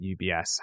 UBS